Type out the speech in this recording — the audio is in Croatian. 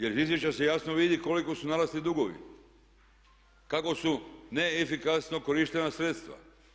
Jer iz izvješća se jasno vidi koliko su narasli dugovi, kako su neefikasno korištena sredstva.